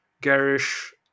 garish